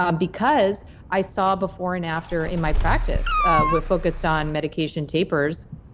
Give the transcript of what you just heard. um because i saw before and after in my practice we're focused on medication tapers.